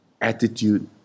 attitude